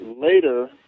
later